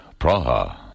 Praha